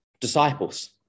disciples